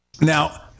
Now